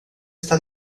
está